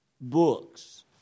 books